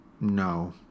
No